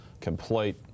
complete